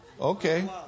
Okay